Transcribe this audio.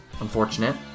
unfortunate